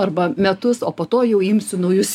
arba metus o po to jau imsiu naujus